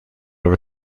over